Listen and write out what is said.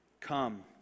Come